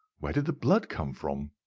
where did the blood come from?